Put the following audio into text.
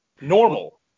Normal